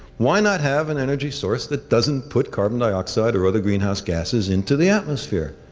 why not have an energy source that doesn't put carbon dioxide or other greenhouse gases into the atmosphere?